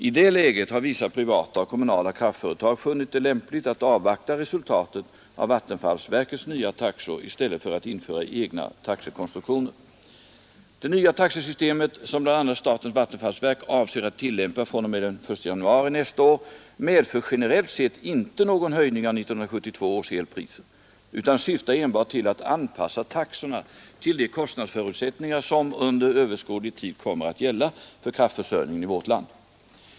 I det läget har vissa privata och kommunala kraftföretag funnit det lämpligt att avvakta resultatet av vattenfallsverkets nya taxor i stället för att införa egna taxekonstruktioner. Det nya taxesystem som bl.a. statens vattenfallsverk avser att tillämpa fr.o.m. den 1 januari nästa år medför generellt sett inte någon höjning av 1972 års elpriser utan syftar enbart till att anpassa taxorna till de kostnadsförutsättningar som under överskådlig tid kommer att gälla för kraftförsörjningen i vårt land.